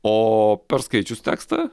o perskaičius tekstą